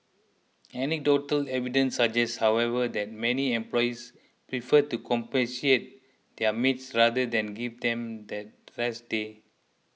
anecdotal evidence suggests however that many employers prefer to compensate their maids rather than give them that rest day